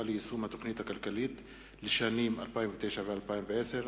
ליישום התוכנית הכלכלית לשנים 2009 ו-2010),